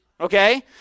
okay